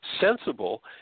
sensible